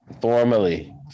Formally